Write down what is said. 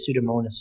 pseudomonas